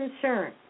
concern